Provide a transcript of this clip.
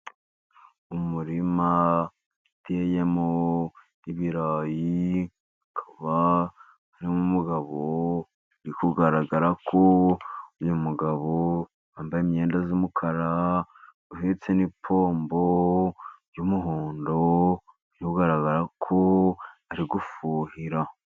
Umurima uteyemo ibirayi, akaba harimo umugabo uri kugaragara ko, uyu mugabo wambaye imyenda y'umukara, uhetse n'ipombo y'umuhondo, biri kugaragara ko ari gufuhira.